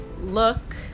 look